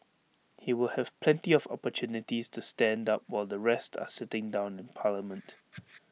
he will have plenty of opportunities to stand up while the rest are sitting down in parliament